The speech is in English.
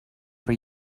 for